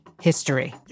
history